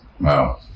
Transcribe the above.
Wow